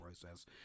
process